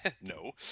No